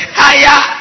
higher